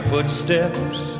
Footsteps